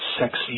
sexy